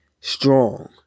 strong